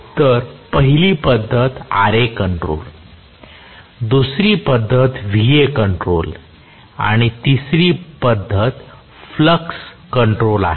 तर पहिली पद्धत Ra कंट्रोल दुसरी पद्धत Va कंट्रोल आणि तिसरी पध्दत फ्लक्स कंट्रोल आहे